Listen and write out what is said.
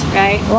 right